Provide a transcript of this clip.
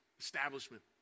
establishment